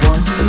One